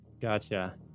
Gotcha